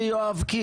חברי יואב קיש,